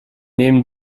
nehmen